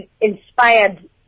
inspired